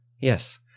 Yes